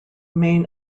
main